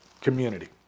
community